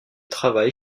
travail